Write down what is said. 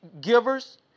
givers